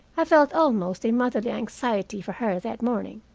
i felt almost a motherly anxiety for her that morning.